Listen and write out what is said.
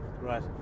Right